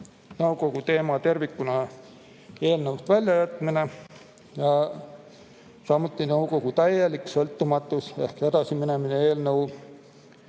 nõukogu teema tervikuna eelnõust välja jätmine, samuti nõukogu täielik sõltumatus ehk edasi minemine eelnõu